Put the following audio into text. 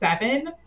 seven